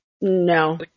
No